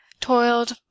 toiled